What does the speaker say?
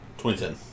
2010